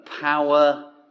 power